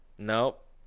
Nope